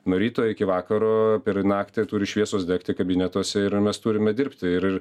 nuo ryto iki vakaro per naktį turi šviesos degti kabinetuose ir mes turime dirbti ir